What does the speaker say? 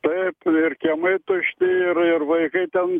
taip ir kiemai tušti ir ir vaikai ten